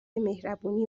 مهربونی